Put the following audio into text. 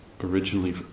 originally